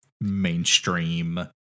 mainstream